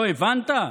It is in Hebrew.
לא הבנת?